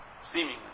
Seemingly